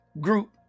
group